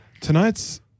tonight's